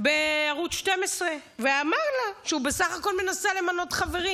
בערוץ 12 ואמר לה שהוא בסך הכול מנסה למנות חברים,